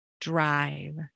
drive